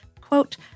quote